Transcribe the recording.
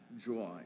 joy